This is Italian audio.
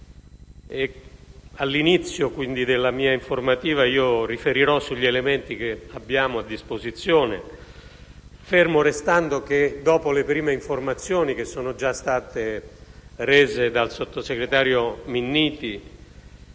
All'inizio della mia informativa riferirò sugli elementi che abbiamo a disposizione, fermo restando che, dopo le prime informazioni che sono già state rese dal sottosegretario Minniti,